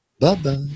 Bye-bye